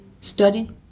study